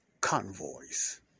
convoys